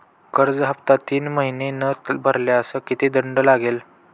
कर्ज हफ्ता तीन महिने न भरल्यास किती दंड लागेल?